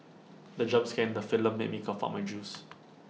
the jump scare in the film made me cough out my juice